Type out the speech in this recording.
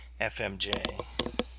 fmj